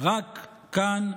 רק כאן,